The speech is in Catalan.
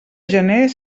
gener